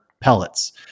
pellets